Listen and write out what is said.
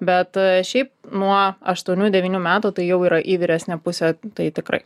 bet šiaip nuo aštuonių devynių metų tai jau yra į vyresnę pusę tai tikrai